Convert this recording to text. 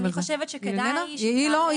אני חושבת שכדאי שהיא תעלה.